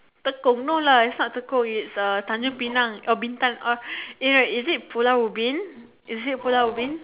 Tekong no lah it's not Tekong it's uh Tanjung-Pinang uh Bintan uh you know is it Pulau-Ubin is it Pulau-Ubin